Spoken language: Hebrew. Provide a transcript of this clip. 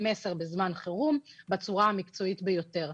מסר בזמן חירום בצורה המקצועית ביותר.